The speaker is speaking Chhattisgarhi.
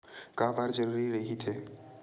का बार जरूरी रहि थे?